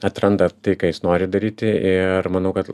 atranda tai ką jis nori daryti ir manau kad